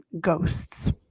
ghosts